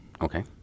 Okay